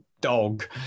dog